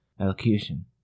elocution